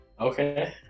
Okay